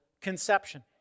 conception